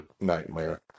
nightmare